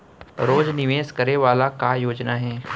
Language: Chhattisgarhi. रोज निवेश करे वाला का योजना हे?